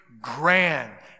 grand